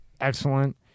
excellent